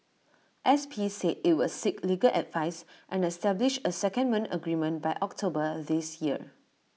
S P said IT would seek legal advice and establish A secondment agreement by October this year